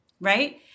Right